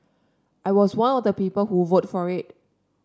I was one of the people who vote for it